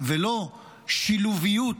ולא שילוביות,